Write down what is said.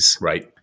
right